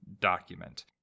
document